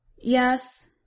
Yes